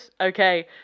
okay